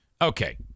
Okay